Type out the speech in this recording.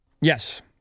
Yes